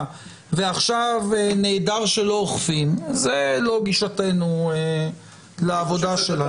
ועכשיו נהדר שלא אוכפים זו לא גישתנו לעבודה שלנו.